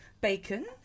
Bacon